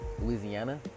Louisiana